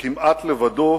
שכמעט לבדו